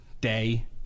day